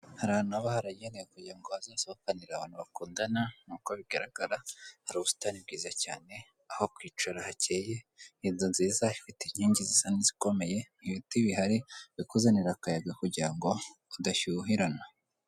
Hari ahantu haba hagenewe kugira ngo azasohokanire abantu bakundana nk'uko bigaragara hari ubusitani bwiza cyane, aho kwicara hakeye, inzu nziza zifite inkingi zisa nk'ikomeye, ibiti bihari bikuzanira akayaga kugirango udashyuhirana.